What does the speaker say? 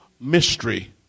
mystery